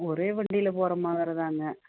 ஒரே வண்டியில் போகிற மாரிதாங்க